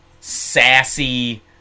sassy